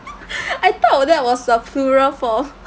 I thought that was a plural form